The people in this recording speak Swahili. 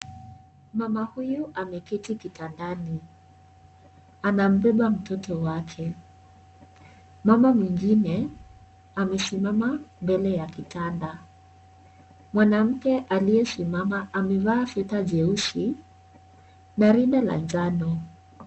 Mama huyu ameketi kitandani, anambeba mtoto wake. Mama mwingine amesimama mbele ya kitanda. Mwanamke aliyesimama amevaa sweta jeusi na rinda la njano.